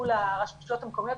מול הרשויות המקומיות,